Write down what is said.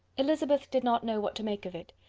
elizabeth did not know what to make of it.